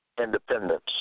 independence